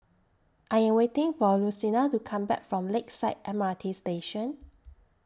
I Am waiting For Lucina to Come Back from Lakeside M R T Station